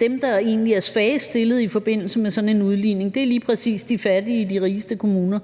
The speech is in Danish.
dem, der egentlig er svagest stillede i forbindelse med sådan en udligning, lige præcis er de fattige i de rigeste kommuner.